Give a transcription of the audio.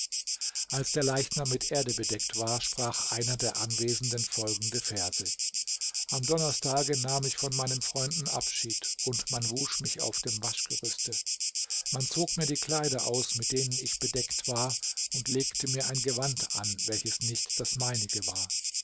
als der leichnam mit erde bedeckt war sprach einer der anwesenden folgende verse am donnerstage nahm ich von meinen freunden abschied und man wusch mich auf dem waschgerüste man zog mir die kleider aus mit denen ich bedeckt war und legte mir ein gewand an welches nicht das meinige war